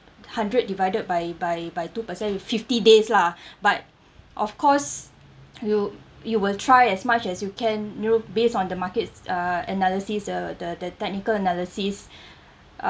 hundred divided by by by two percent fifty days lah but of course you you will try as much as you can know based on the market's uh analysis the the the technical analysis um